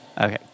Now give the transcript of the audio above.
Okay